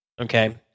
Okay